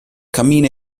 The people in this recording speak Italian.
cammina